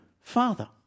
Father